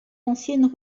anciennes